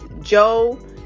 joe